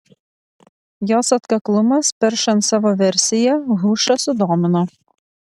jos atkaklumas peršant savo versiją hušą sudomino